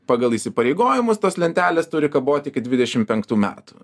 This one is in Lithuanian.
pagal įsipareigojimus tos lentelės turi kaboti iki dvidešim penktų metų